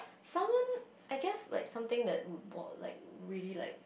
someone I guess like something that will like really like